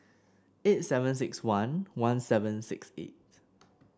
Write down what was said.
eight seven six one one seven six eight